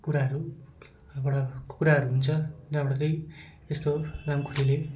कुराहरू र बाट कुराहरू हुन्छ जहाँबाट चाहिँ यस्तो लामखुट्टेले